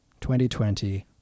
2020